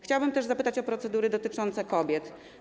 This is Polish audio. Chciałabym też zapytać o procedury dotyczące kobiet.